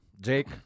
Jake